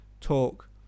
talk